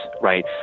Right